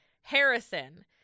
Harrison